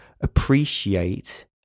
appreciate